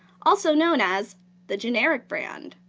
also known as the generic brand.